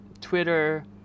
Twitter